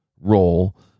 role